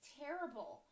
terrible